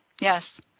Yes